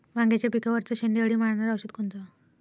वांग्याच्या पिकावरचं शेंडे अळी मारनारं औषध कोनचं?